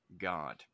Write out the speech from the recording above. God